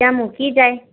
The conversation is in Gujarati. ત્યાં મૂકી જાય